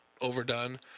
overdone